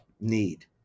need